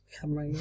Camera